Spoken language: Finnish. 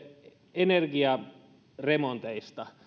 energiaremonteista ja